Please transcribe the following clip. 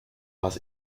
was